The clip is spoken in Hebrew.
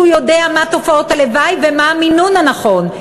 כשהוא יודע מה תופעות הלוואי ומה המינון הנכון.